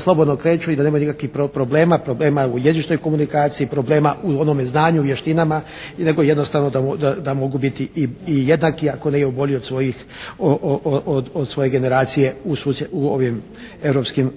slobodno se kreću i da nema nikakvih problema, problema u jezičnoj komunikaciji, problema u onome znanju i vještinama nego jednostavno da mogu biti i jednaki ako ne i bolje od svoje generacije u